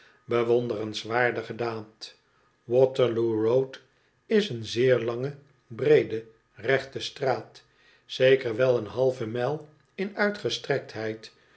bewonderenswaardige daad waterloo road is een zeer lange breede rechte straat zeker wel een halve mijl in uitgestrektheid